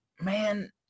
man